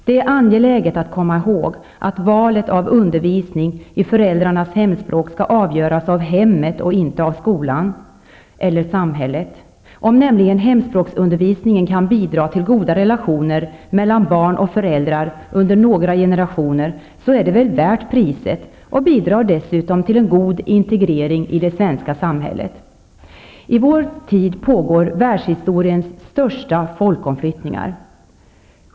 Det är angeläget att komma ihåg att valet av undervisning i föräldrarnas hemspråk skall göras av hemmet och inte av skolan eller samhället. Om hemspråksundervisningen kan bidra till goda relationer mellan barn och föräldrar under några generationer är det väl värt priset och bidrar dessutom till en god integrering i det svenska samhället. I vår tid pågår världshistoriens största folkomflyttningar.